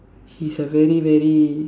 he's a very very